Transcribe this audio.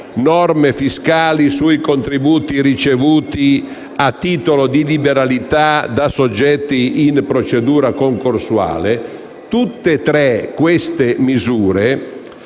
norme fiscali sui contributi ricevuti a titolo di liberalità da soggetti in procedura concorsuale) e che costituiscono